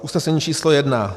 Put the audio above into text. Usnesení číslo 1: